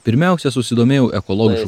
pirmiausia susidomėjau ekologiškų